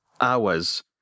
hours